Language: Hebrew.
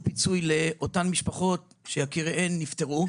פיצוי לאותן משפחות שיקיריהן נפטרו.